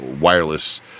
wireless